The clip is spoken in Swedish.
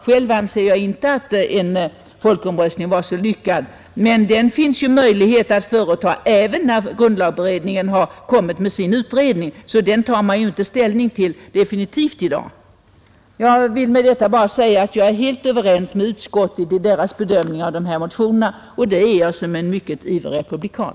Själv anser jag inte tanken på en folkomröstning vara så lyckad. Men det finns ju möjlighet att företa en folkomröstning även sedan grundlagberedningen kommit med sin utredning. Så den saken avgöres inte definitivt i dag. Jag är helt överens med utskottet i dess bedömning av motionerna, och det är jag som en mycket ivrig republikan.